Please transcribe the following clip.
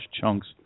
chunks